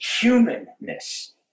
humanness